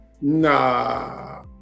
nah